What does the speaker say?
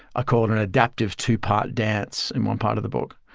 ah call it an adaptive two-part dance in one part of the book.